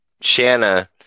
Shanna